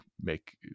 make